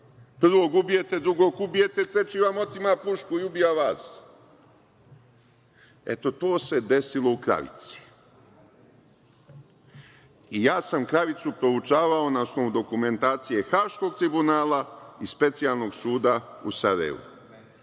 Prvog ubijete, drugo ubijete, treći vam otima pušku i ubija vas. Eto, to se desilo u Kravici. Ja sam Kravicu proučavao na osnovu dokumentacije Haškog tribunala i Specijalnog suda u Sarajevu.